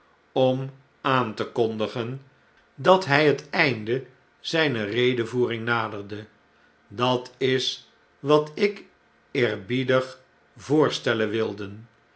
om aan te kondigen dat hjj het einde zijner redevoering naderde dat is wat ik eerbiedig voorstellen wilde